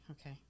Okay